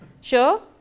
Sure